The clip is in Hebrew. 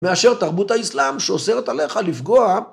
מאשר תרבות האסלאם שאוסרת עליך לפגוע